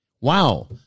Wow